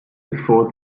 before